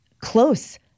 close